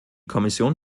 kommission